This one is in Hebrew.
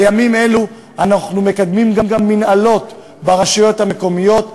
בימים אלו אנחנו מקדמים גם מינהלות ברשויות המקומיות,